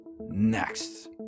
next